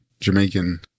Jamaican